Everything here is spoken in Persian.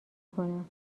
کنم